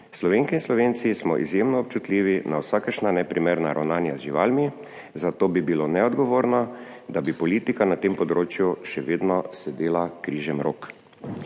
Slovenke in Slovenci smo izjemno občutljivi na vsakršna neprimerna ravnanja z živalmi, zato bi bilo neodgovorno, da bi politika na tem področju še vedno sedela križemrok.